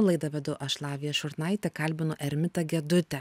laidą vedu aš lavija šurnaitė kalbinu ermitą gedutę